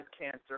cancer